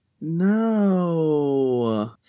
No